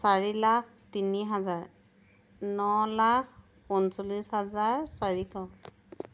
চাৰি লাখ তিনি হাজাৰ ন লাখ পঞ্চল্লিচ হাজাৰ চাৰিশ